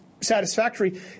satisfactory